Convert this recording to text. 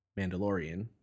Mandalorian